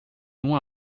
uma